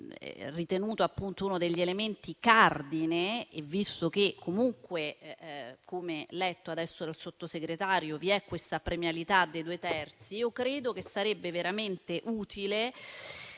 ritenuto uno degli elementi cardine, e visto che comunque, come detto adesso dal Sottosegretario, vi è questa premialità dei due terzi, credo che sarebbe veramente utile